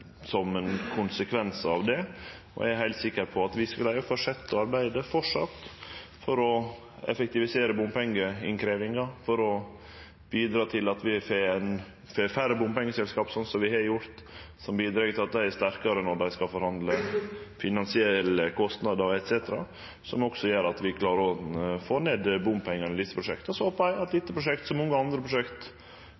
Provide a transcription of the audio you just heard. som ein konsekvens av det. Eg er heilt sikkert på at vi skal fortsetje å arbeide for å effektivisere bompengeinnkrevjinga, for å bidra til at vi får færre bompengeselskap, sånn som vi har gjort, som bidreg til at dei er sterkare når dei skal forhandle finansielle kostnader etc., som også gjer at vi klarer å få ned bompengane i desse prosjekta. Så håpar eg at